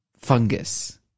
fungus